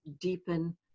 deepen